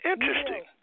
Interesting